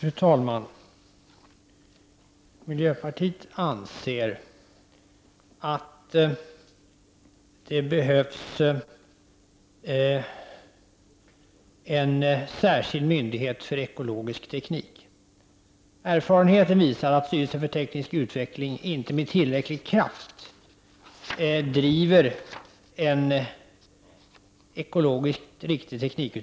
Fru talman! Miljöpartiet anser att det behövs en särskild myndighet för ekologisk teknik. Erfarenheten visar att styrelsen för teknisk utveckling inte med tillräcklig kraft driver en ekologiskt riktig teknikutveckling.